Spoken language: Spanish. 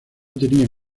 tenía